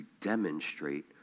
demonstrate